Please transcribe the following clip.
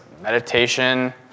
meditation